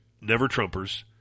never-Trumpers